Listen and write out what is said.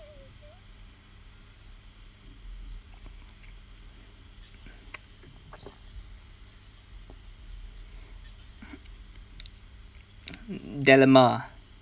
dilemma